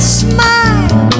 smile